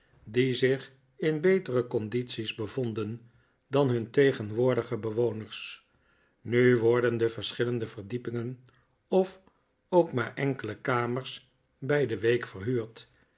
die zich in betere condities bevonden dan nun tegenwoordige bewoners nu worden de verschillende verdiepingen of ook maar enkele kamers bij de week verhuurd